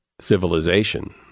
civilization